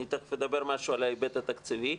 אני תיכף אומר משהו על ההיבט התקציבי,